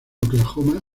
oklahoma